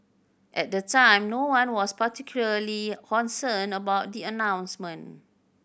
at the time no one was particularly concerned about the announcement